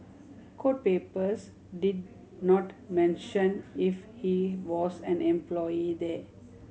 court papers did not mention if he was an employee there